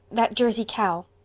that jersey cow.